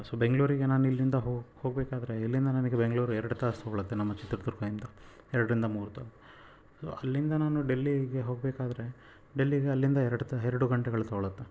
so ಬೆಂಗ್ಳೂರಿಗೆ ನಾನು ಇಲ್ಲಿಂದ ಹೋಗಬೇಕಾದ್ರೆ ಇಲ್ಲಿಂದ ನನಗೆ ಬೆಂಗಳೂರು ಎರಡು ತಾಸು ತಗೊಳುತ್ತೆ ನಮ್ಮ ಚಿತ್ರದುರ್ಗದಿಂದ ಎರಡರಿಂದ ಮೂರು ತಾಸು ಸೊ ಅಲ್ಲಿಂದ ನಾನು ಡೆಲ್ಲೀಗೆ ಹೋಗಬೇಕಾದ್ರೆ ಡೆಲ್ಲಿಗೆ ಅಲ್ಲಿಂದ ಎರಡು ತಾ ಎರಡು ಗಂಟೆಗಳು ತಗೋಳುತ್ತೆ